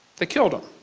they killed them.